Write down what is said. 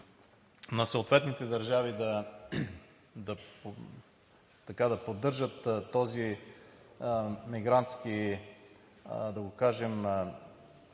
на съответните държави да поддържат този мигрантски да го кажем